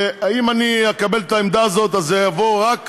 אם אני אקבל את העמדה הזאת, זה יבוא רק